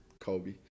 Kobe